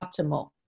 optimal